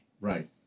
Right